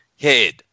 head